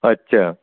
अच्छा